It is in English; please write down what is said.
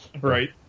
Right